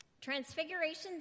Transfiguration